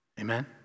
Amen